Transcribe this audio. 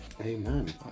Amen